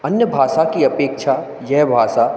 अन्य भाषा की अपेक्षा यह भाषा